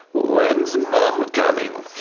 when's mum coming?